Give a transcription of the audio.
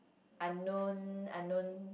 unknown unknown